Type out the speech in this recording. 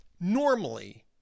normally